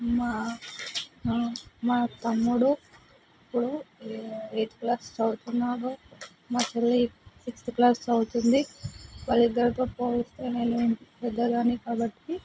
మా మా మా తమ్ముడు ఇప్పుడు ఏ ఎయిత్ క్లాస్ చదువుతున్నాడు మా చెల్లి సిక్స్త్ క్లాస్ చదువుతుంది వాళ్ళిద్దరితో పోలిస్తే నేను పెద్దదాన్ని కాబట్టి